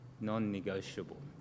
non-negotiable